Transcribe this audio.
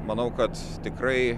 manau kad tikrai